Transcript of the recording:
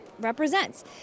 represents